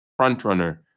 frontrunner